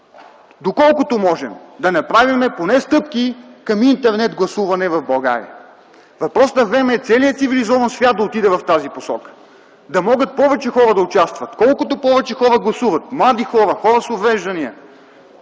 доколкото можем поне да направим стъпки към интернет гласуване в България. Въпрос на време е целият цивилизован свят да отиде в тази посока, за да могат повече хора да участват. Колкото повече хора гласуват – млади хора, хора с увреждания,